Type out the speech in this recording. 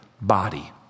body